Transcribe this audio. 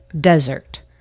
desert